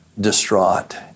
distraught